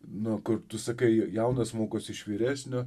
nu kur tu sakai jaunas mokosi iš vyresnio